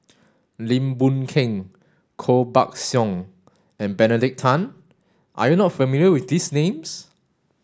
Lim Boon Keng Koh Buck Song and Benedict Tan are you not familiar with these names